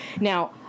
Now